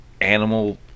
animal